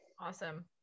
Awesome